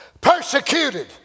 Persecuted